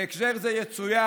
בהקשר -- למה זה ----- זה יצוין,